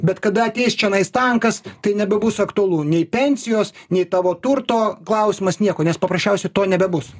bet kada ateis čionais tankas tai nebebus aktualu nei pensijos nei tavo turto klausimas nieko nes paprasčiausiai to nebebus